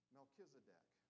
Melchizedek